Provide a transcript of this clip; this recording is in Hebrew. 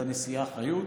את הנשיאה חיות,